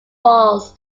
balls